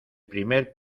primer